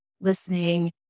listening